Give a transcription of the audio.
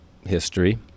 history